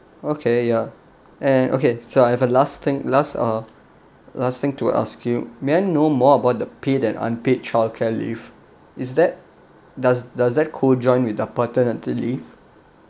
okay ya and okay so I have a last thing last uh last thing to ask you may I know more about the paid and unpaid childcare leave is that does does co join with the paternity leave